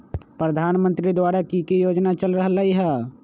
प्रधानमंत्री द्वारा की की योजना चल रहलई ह?